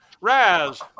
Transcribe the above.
Raz